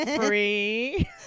Free